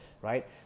right